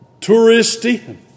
touristy